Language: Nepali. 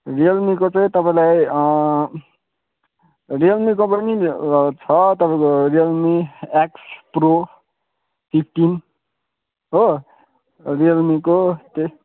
रियलमीको चाहिँ तपाईँलाई रियलमीको पनि छ तपाईँको रियलमी एक्स प्रो फिफ्टिन हो रियलमीको